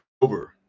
over